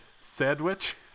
sandwich